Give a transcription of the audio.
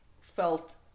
felt